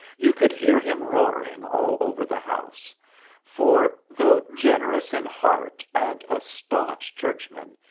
you could hear him roaring all over the house for, though generous in heart and a staunch churchman,